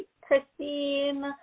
Christine